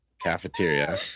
cafeteria